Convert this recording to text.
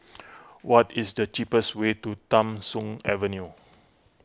what is the cheapest way to Tham Soong Avenue